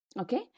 okay